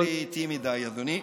כנראה שהקצב שלי איטי מדי, אדוני.